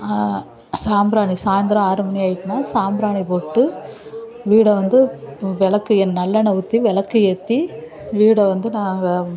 சாம்பிராணி சாயந்திரம் ஆறு மணி ஆகிட்னுனா சாம்பிராணி போட்டு வீடு வந்து விளக்கு எண்ணெய் நல்லெண்ணய் ஊற்றி விளக்கு ஏற்றி வீடு வந்து நாங்கள்